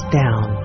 down